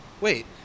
Wait